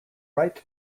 right